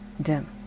dim